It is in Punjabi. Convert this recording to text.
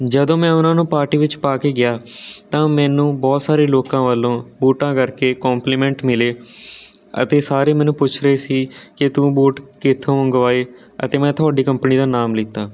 ਜਦੋਂ ਮੈਂ ਉਹਨਾਂ ਨੂੰ ਪਾਰਟੀ ਵਿੱਚ ਪਾ ਕੇ ਗਿਆ ਤਾਂ ਮੈਨੂੰ ਬਹੁਤ ਸਾਰੇ ਲੋਕਾਂ ਵੱਲੋਂ ਬੂਟਾਂ ਕਰਕੇ ਕੋਂਪਲੀਮੈਂਟ ਮਿਲੇ ਅਤੇ ਸਾਰੇ ਮੈਨੂੰ ਪੁੱਛ ਰਹੇ ਸੀ ਕਿ ਤੂੰ ਬੂਟ ਕਿੱਥੋ ਮੰਗਵਾਏ ਅਤੇ ਮੈਂ ਤੁਹਡੀ ਕੰਪਨੀ ਦਾ ਨਾਮ ਲਿੱਤਾ